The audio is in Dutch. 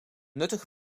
nuttige